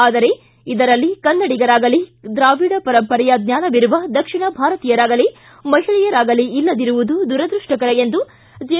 ಆದರೆ ಇದರಲ್ಲಿ ಕನ್ನಡಿಗರಾಗಲಿ ದ್ರಾವಿಡ ಪರಂಪರೆಯ ಜ್ವಾನವಿರುವ ದಕ್ಷಿಣ ಭಾರತೀಯರಾಗಲಿ ಮಹಿಳೆಯರಾಗಲಿ ಇಲ್ಲದಿರುವುದು ದುರದೃಷ್ಷಕರ ಎಂದು ಜೆ